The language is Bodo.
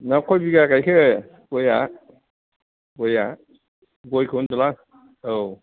नोंहा खय बिघा गायखो गयआ गयआ गयखौ होनदोंलां औ